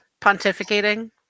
pontificating